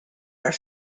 are